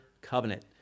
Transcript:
covenant